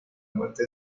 muerte